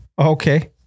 Okay